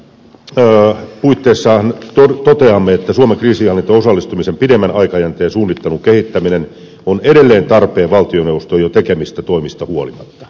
ulkoasiainvaliokunnan puitteissahan toteamme että suomen kriisinhallintaan osallistumisen pidemmän aikajänteen suunnittelun kehittäminen on edelleen tarpeen valtioneuvoston jo tekemistä toimista huolimatta